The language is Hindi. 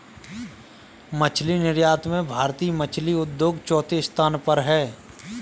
मछली निर्यात में भारतीय मछली उद्योग चौथे स्थान पर है